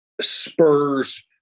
spurs